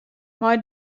mei